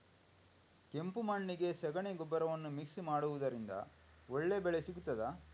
ಕೆಂಪು ಮಣ್ಣಿಗೆ ಸಗಣಿ ಗೊಬ್ಬರವನ್ನು ಮಿಕ್ಸ್ ಮಾಡುವುದರಿಂದ ಒಳ್ಳೆ ಬೆಳೆ ಸಿಗುತ್ತದಾ?